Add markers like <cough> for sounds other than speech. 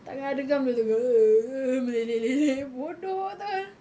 tangan ada gam <laughs> meleleh-leleh bodoh betul